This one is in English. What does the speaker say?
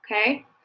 Okay